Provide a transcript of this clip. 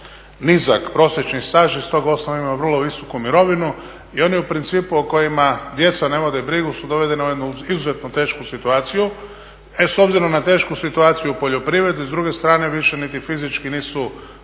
nizak prosječni staž i iz tog osnova imaju vrlo visoku mirovinu i oni u principu o kojima djeca ne vode brigu su dovedeni u jednu izuzetno tešku situaciju. E s obzirom na tešku situaciju u poljoprivredi, s druge stane više niti fizički nisu